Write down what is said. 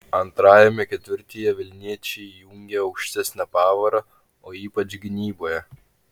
antrajame ketvirtyje vilniečiai įjungė aukštesnę pavarą o ypač gynyboje